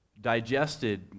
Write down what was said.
digested